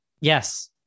Yes